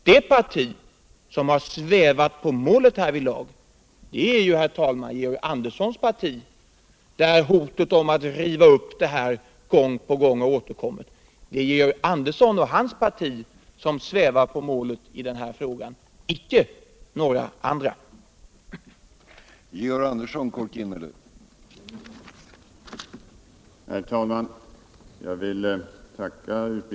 Det parti som har svävat på målet härvidlag är ju, herr talman, Georg Anderssons parti, där hotet om att riva upp detta gång på gång har återkommit. Det är Georg Andersson och hans parti som svävar på målet i denna fråga, icke några andra. Radions och tele Radions och televisionens fortsatta